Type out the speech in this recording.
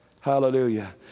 Hallelujah